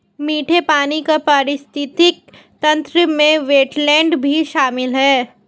मीठे पानी के पारिस्थितिक तंत्र में वेट्लैन्ड भी शामिल है